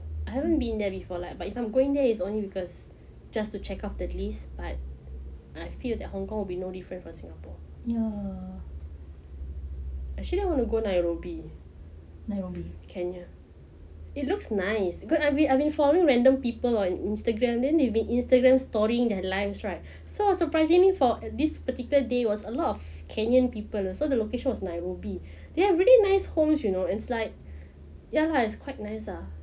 I haven't been there before lah but if I'm going there is only because just to check off the list but I feel that hong kong will be no different from singapore actually I want to go nairobi nairobi kenya it looks nice I have been following random people on instagram then they have been instagram storying their lives right so it's surprisingly for this particular day was a lot of kenyan people so the location was nairobi they have really nice homes you know it's like ya lah it's quite nice ah